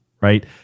right